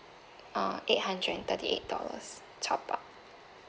uh eight hundred and thirty eight dollars top up